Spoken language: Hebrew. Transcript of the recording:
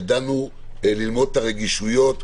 ידענו ללמוד את הרגישויות,